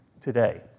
today